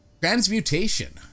Transmutation